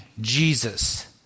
Jesus